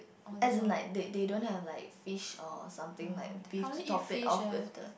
as in like they they don't have like fish or something like beef to top it off with the